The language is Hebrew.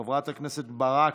חברת הכנסת ברק,